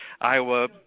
Iowa